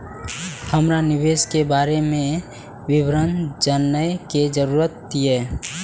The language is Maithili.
हमरा निवेश के बारे में विवरण जानय के जरुरत ये?